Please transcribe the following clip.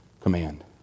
command